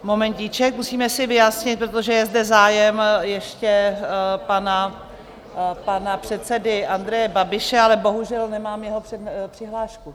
Momentíček, musíme si vyjasnit, protože je zde zájem ještě pana předsedy Andreje Babiše, ale bohužel nemám jeho přihlášku.